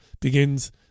begins